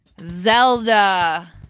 Zelda